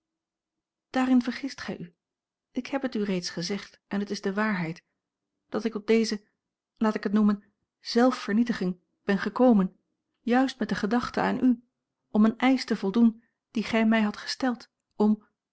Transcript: daarin vergist gij u ik heb het u reeds gezegd en het is de waarheid dat ik tot deze laat ik het noemen zelfvernietiging ben gekomen juist met de gedachte aan u om een eisch te voldoen dien gij mij hadt gesteld om